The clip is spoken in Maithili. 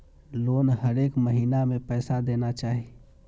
लोन हरेक महीना में पैसा देना चाहि?